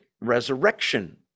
resurrection